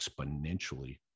exponentially